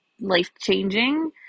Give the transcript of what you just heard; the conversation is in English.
life-changing